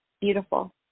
beautiful